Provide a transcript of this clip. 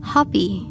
Hobby